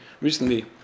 recently